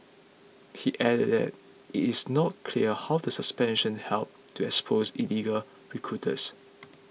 he added that it is not clear how the suspension helps to expose illegal recruiters